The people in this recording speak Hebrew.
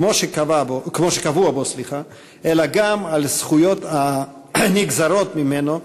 כמו שקבוע בו, אלא גם על זכויות הנגזרות ממנו,